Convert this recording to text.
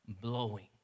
blowing